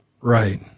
Right